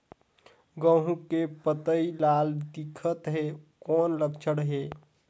गहूं के पतई लाल दिखत हे कौन लक्षण हे?